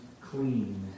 clean